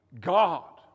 God